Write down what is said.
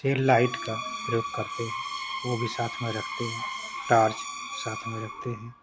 cell light का प्रयोग करते हैं वह भी साथ में रखते हैं टॉर्च साथ में रखते हैं